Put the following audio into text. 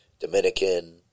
Dominican